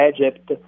Egypt